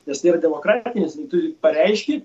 nes tai yra demokratinis nu tu pareiški